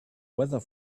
weather